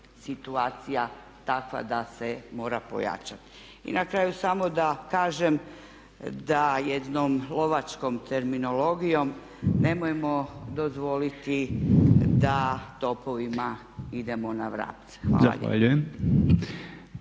situacija takva da se mora pojačati. I na kraju samo da kažem da jednom lovačkom terminologijom nemojmo dozvoliti da topovima idemo na vrapce. Hvala